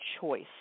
choice